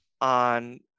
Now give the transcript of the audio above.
on